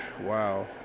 wow